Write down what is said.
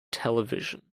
television